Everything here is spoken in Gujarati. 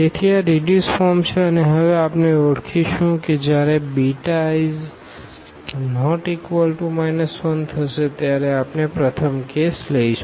તેથી આ રીડ્યુસ ફોર્મ છે અને હવે આપણે ઓળખીશું કે જ્યારે β ≠ 1 થશે ત્યારે આપણે પ્રથમ કેસ લઈશું